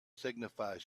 signified